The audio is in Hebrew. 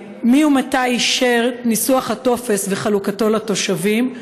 2. מי אישר ומתי את ניסוח הטופס וחלוקתו לתושבים?